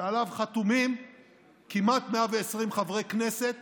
שעליו חתומים כמעט 120 חברי כנסת